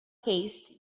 haste